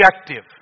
objective